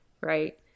right